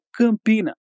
campina